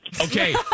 Okay